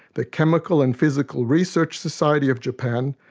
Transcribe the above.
the chemical and physical research society of japan,